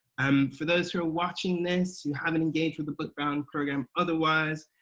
um for those who are watching this, who haven't engaged with the bookbound programme otherwise,